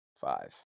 five